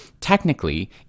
Technically